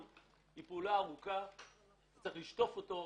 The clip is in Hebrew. היא פעולה ארוכה - אתה צריך לשטוף אותו,